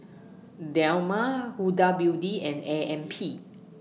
Dilmah Huda Beauty and A M P